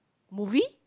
movie